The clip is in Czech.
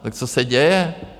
Tak co se děje?